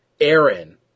Aaron